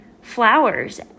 flowers